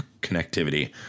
connectivity